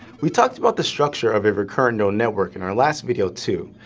we talked about the structure of a recurrent neural network in our last video too,